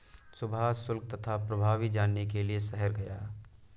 सुभाष शुल्क तथा प्रभावी जानने के लिए शहर गया